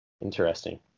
interesting